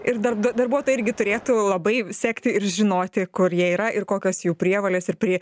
ir darbda darbuotojai irgi turėtų labai sekti ir žinoti kur jie yra ir kokios jų prievolės ir pri